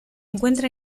encuentra